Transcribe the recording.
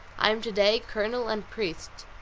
i am to-day colonel and priest.